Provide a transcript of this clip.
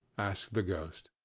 asked the ghost.